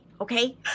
okay